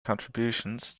contributions